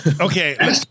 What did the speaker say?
Okay